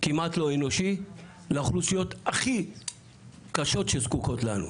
כמעט לא אנושי, לאוכלוסיות הכי קשות שזקוקות לנו.